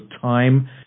time